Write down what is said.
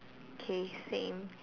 K same